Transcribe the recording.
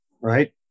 right